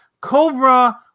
Cobra